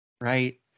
right